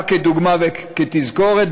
רק כדוגמה וכתזכורת,